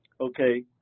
okay